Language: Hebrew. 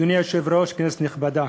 אדוני היושב-ראש, כנסת נכבדה,